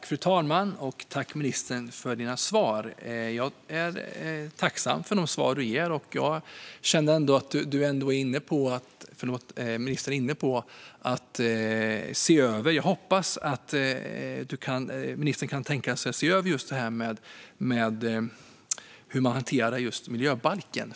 Fru talman! Jag tackar ministern för hennes svar och är tacksam för de svar hon ger. Jag hoppas att ministern kan tänka sig att se över hanteringen av miljöbalken.